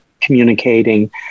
communicating